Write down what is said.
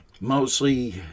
Mostly